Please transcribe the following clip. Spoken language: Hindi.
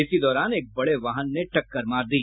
इसी दौरान एक बड़े वाहन ने टक्कर मार दी